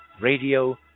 radio